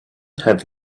have